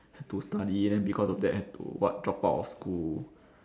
have to study then because of that have to what drop out of school